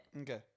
Okay